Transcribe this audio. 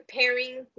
pairing